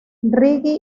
reggae